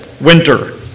winter